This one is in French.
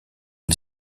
des